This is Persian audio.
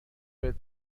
بهت